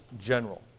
general